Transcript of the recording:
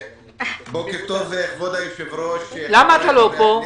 בוקר טוב, אדוני היושב-ראש, חבריי חברי הכנסת,